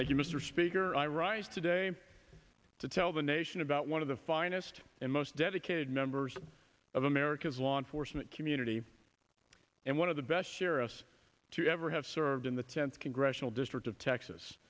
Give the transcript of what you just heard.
but you mr speaker i rise today to tell the nation about one of the finest and most dedicated members of america's law enforcement community and one of the best sheriffs to ever have served in the tenth congressional district of texas